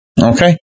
Okay